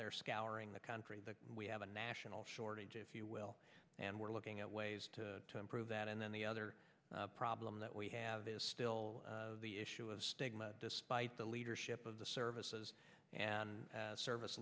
there scouring the country we have a national shortage if you will and we're looking at ways to improve that and then the other problem that we have is still the issue of stigma despite the leadership of the services and service